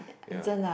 ya